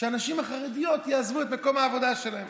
שהנשים החרדיות יעזבו את מקום העבודה שלהן.